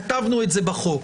כתבנו את זה בחוק.